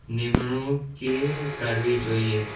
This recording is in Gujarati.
નિમણુંક કે કરવી જોઈએ